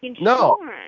no